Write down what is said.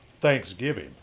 thanksgiving